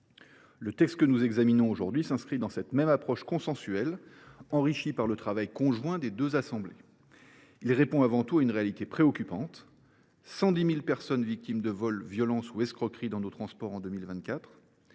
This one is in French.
Le texte que nous examinons aujourd’hui s’inscrit dans cette même approche consensuelle, enrichie par le travail conjoint des deux assemblées. Il répond avant tout à une réalité préoccupante : 110 000 personnes victimes de vols, violences ou escroqueries dans nos transports en 2024,